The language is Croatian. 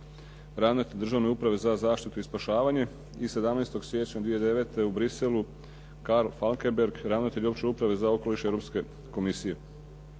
ravnatelj Državne uprave za zaštitu i spašavanje i 17. siječnja 2009. u Bruxellesu Karl Falkenberg, ravnatelj Opće uprave za okoliš Europske komisije.